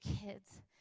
kids